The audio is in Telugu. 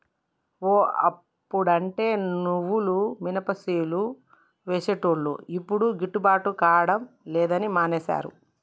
ఓ అప్పుడంటే నువ్వులు మినపసేలు వేసేటోళ్లు యిప్పుడు గిట్టుబాటు కాడం లేదని మానేశారు